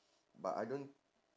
but I don't